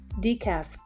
decaf